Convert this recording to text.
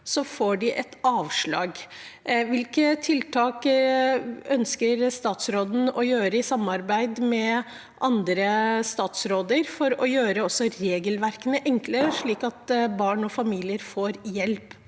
– får de avslag. Hvilke tiltak ønsker statsråden å gjøre, i samarbeid med andre statsråder, for å gjøre regelverket enklere, slik at barn og familier får hjelp?